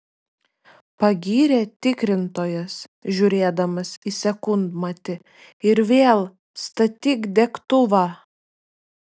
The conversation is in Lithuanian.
pagyrė tikrintojas žiūrėdamas į sekundmatį ir vėl statyk degtuvą